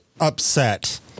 upset